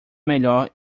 melhor